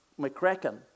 McCracken